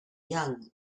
young